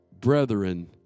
brethren